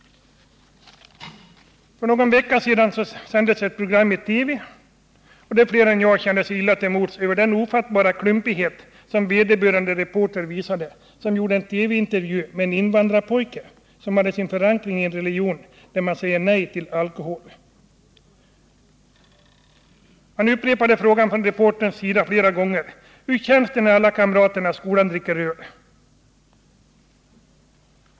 För någon vecka sedan sändes ett program i TV, varvid fler än jag kände sig illa till mods över den ofattbara klumpighet som vederbörande reporter visade. Reportern gjorde en TV-intervju med en invandrarpojke, som hade sin förankring i en religion där man säger nej till alkohol. Flera gånger upprepade reportern frågan: Hur känns det när alla kamraterna i skolan dricker öl?